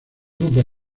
grupos